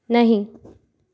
नहीं